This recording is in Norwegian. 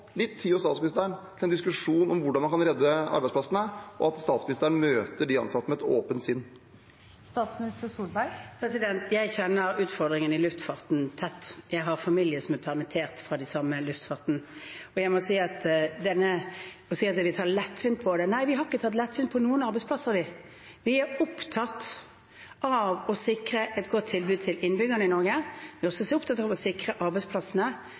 litt tid hos statsministeren til en diskusjon om hvordan man kan redde arbeidsplassene, og at statsministeren møter de ansatte med et åpent sinn? Jeg kjenner utfordringen i luftfarten tett på, jeg har familie som er permittert fra den samme luftfarten. Til det å si at vi tar lettvint på det, må jeg si: Nei, vi har ikke tatt lettvint på noen arbeidsplasser. Vi er opptatt av å sikre et godt tilbud til innbyggerne i Norge, vi er også opptatt av å sikre arbeidsplassene. Men vi har kanskje ikke tro på at vi sikrer arbeidsplassene